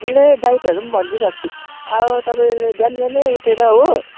ए डाइटहरू पनि भनिदिइराख्छु अब तपाईँले बिहान बिहानै उठेर हो